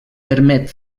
permet